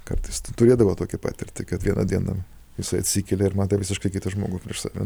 kartais turėdavo tokią patirtį kad vieną dieną jisai atsikelia ir mato visiškai kitą žmogų prieš save